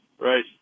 right